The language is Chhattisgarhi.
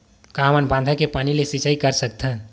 का हमन बांधा के पानी ले सिंचाई कर सकथन?